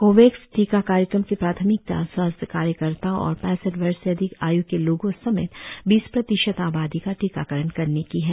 Covax टीका कार्यक्रम की प्राथमिकता स्वास्थ्य कार्यकर्ताओं और पैसठ वर्ष से अधिक आय् के लोगों समेत बीस प्रतिशत आबादी का टीकाकरण करने की है